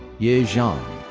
ye zhang.